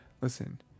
listen